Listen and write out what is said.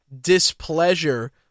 displeasure